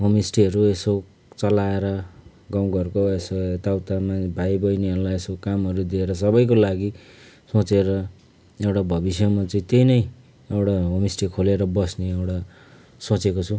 होमस्टेहरू यसो चलाएर गाउँ घरको यसो यताउता भाइ बहिनीहरूलाई यसो कामहरू दिएर सबैको लागि सोचेर एउटा भविष्यमा चाहिँ त्यही नै एउटा होमस्टे खोलेर बस्ने एउटा सोचेको छु